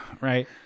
right